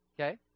okay